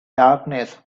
darkness